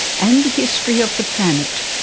and the history of the planet,